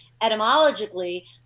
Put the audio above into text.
etymologically